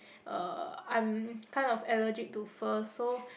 uh I'm kind of allergic to fur so